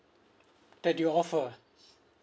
that you offer